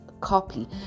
copy